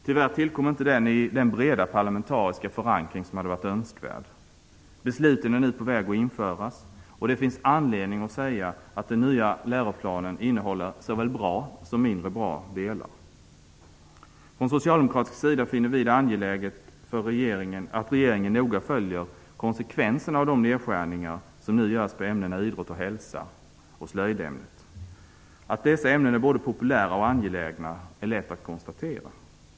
Tyvärr tillkom inte den i den breda parlamentariska förankring som hade varit önskvärd. Besluten är nu på väg att genomföras, och det finns anledning att säga att den nya läroplanen innehåller såväl bra som mindre bra delar. Från socialdemokratisk sida finner vi det angeläget att regeringen noga följer konsekvenserna av de nedskärningar som nu görs på ämnena idrott och hälsa och slöjdämnet. Att dessa ämnen är både populära och angelägna är lätt att konstatera.